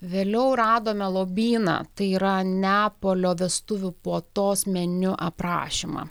vėliau radome lobyną tai yra neapolio vestuvių puotos meniu aprašymą